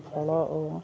ଫଳ ଓ